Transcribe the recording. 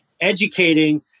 educating